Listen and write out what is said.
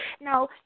Now